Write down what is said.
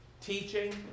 teaching